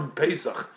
pesach